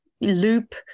loop